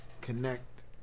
connect